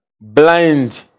Blind